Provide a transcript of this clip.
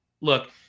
look